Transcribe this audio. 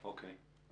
אוקיי.